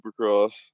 supercross